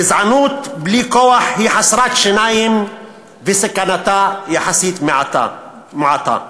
גזענות בלי כוח היא חסרת שיניים וסכנתה יחסית מועטה.